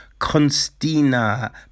Constina